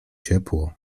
ciepło